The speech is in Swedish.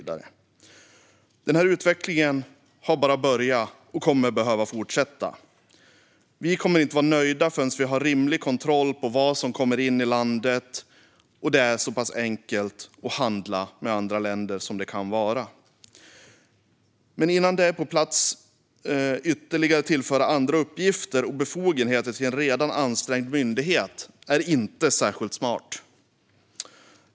Denna utveckling har bara börjat och kommer att behöva fortsätta. Vi kommer inte att vara nöjda förrän vi har rimlig kontroll över vad som kommer in i landet och det är så enkelt som det kan vara att handla med andra länder. Att tillföra ytterligare uppgifter och befogenheter till en redan ansträngd myndighet innan detta är på plats är inte särskilt smart.